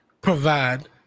provide